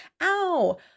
Ow